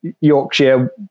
Yorkshire